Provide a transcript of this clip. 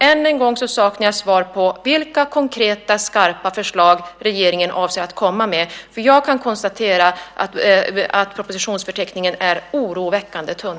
Än en gång saknar jag svar på vilka konkreta, skarpa förslag regeringen avser att komma med, för jag kan konstatera att propositionsförteckningen är oroväckande tunn.